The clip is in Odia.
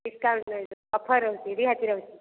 ଡିସ୍କାଉଣ୍ଟ ନାହିଁ ଅଫର ରହୁଛି ରିହାତି ରହୁଛି